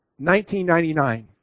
1999